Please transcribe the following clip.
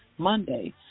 Monday